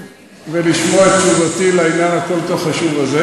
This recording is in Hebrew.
ולשמוע את תשובתי לעניין הכל-כך חשוב הזה.